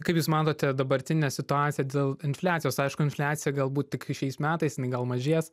kaip jūs matote dabartinę situaciją dėl infliacijos aišku infliacija galbūt tik šiais metais jinai gal mažės